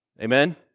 Amen